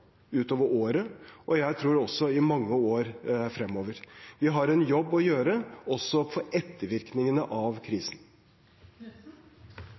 utover året og jeg tror også i mange år fremover. Vi har en jobb å gjøre også med ettervirkningene av krisen.